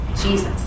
Jesus